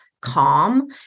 calm